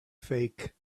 fake